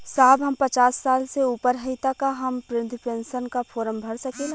साहब हम पचास साल से ऊपर हई ताका हम बृध पेंसन का फोरम भर सकेला?